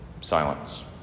silence